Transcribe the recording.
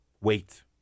Wait